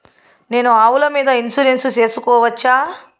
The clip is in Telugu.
నేను ఆవుల మీద ఇన్సూరెన్సు సేసుకోవచ్చా?